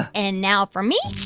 and now for me.